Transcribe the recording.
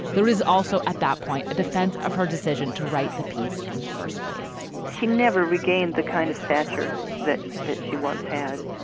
there is also at that point, a defense of her decision to write the piece in the first place she never regained the kind of stature that that she once had.